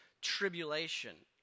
tribulation